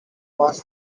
pass